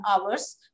hours